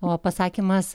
o pasakymas